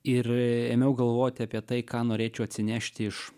ir ėmiau galvoti apie tai ką norėčiau atsinešti iš